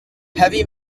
heavy